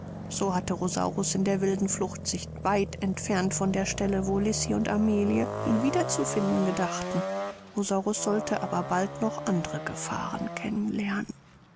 so hatte rosaurus in der wilden flucht sich weit entfernt von der stelle wo lisi und amelie ihn wieder zu finden gedachten rosaurus sollte aber bald noch andere gefahren kennen